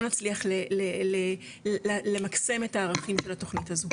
לא נצליח למקסם את הערכים של התוכנית הזו,